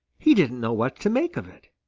he didn't know what to make of it.